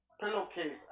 pillowcase